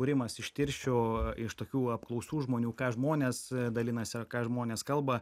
būrimas iš tirščių iš tokių apklausų žmonių ką žmonės dalinasi o ką žmonės kalba